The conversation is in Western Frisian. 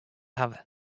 hawwe